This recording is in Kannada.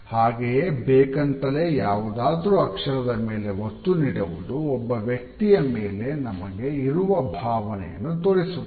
ಹಾಗೆಯೇ ಬೇಕೆಂತಲೇ ಯಾವುದ್ದಾದ್ರೂ ಅಕ್ಷರದ ಮೇಲೆ ಒತ್ತು ನೀಡುವುದು ಒಬ್ಬ ವ್ಯಕ್ತಿಯ ಮೇಲೆ ನಮಗೆ ಇರು ಭಾವನೆಯನ್ನು ತೋರಿಸುತ್ತದೆ